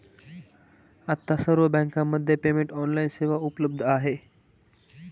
आता सर्व बँकांमध्ये पेमेंट ऑनलाइन सेवा उपलब्ध आहे